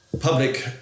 public